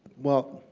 well,